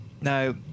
Now